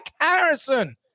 Harrison